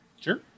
Sure